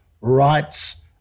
rights